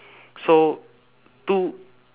so two